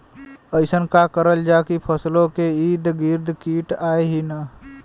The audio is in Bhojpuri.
अइसन का करल जाकि फसलों के ईद गिर्द कीट आएं ही न?